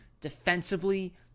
defensively